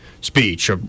speech